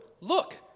Look